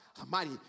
Almighty